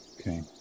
Okay